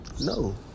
No